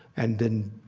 and then